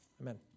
amen